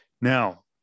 now